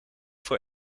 voor